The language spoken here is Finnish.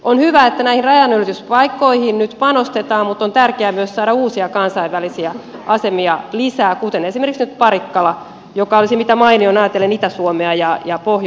on hyvä että näihin rajanylityspaikkoihin nyt panostetaan mutta on tärkeää myös saada uusia kansainvälisiä asemia lisää kuten esimerkiksi nyt parikkala joka olisi mitä mainioin ajatellen itä suomea ja pohjois suomea